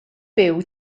byw